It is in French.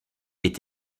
est